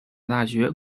大学